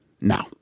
Now